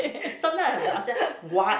sometimes I have to ask them what